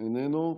איננו.